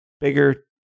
bigger